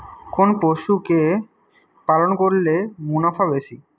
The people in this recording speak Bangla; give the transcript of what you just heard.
কোন পশু কে পালন করলে মুনাফা বেশি?